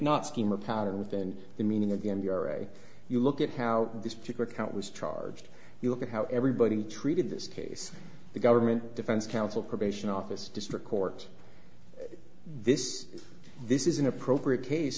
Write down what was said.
not scheme a pattern within the meaning again your way you look at how this particular count was charged you look at how everybody treated this case the government defense counsel probation office district court this this is an appropriate case